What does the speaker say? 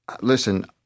listen